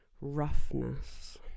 roughness